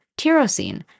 tyrosine